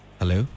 hello